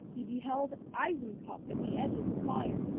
he beheld eisenkopf at the edge of the fire,